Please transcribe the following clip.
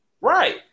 Right